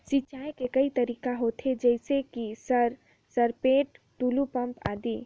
सिंचाई के कई तरीका होथे? जैसे कि सर सरपैट, टुलु पंप, आदि?